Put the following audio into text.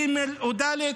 ג' או ד'.